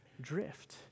drift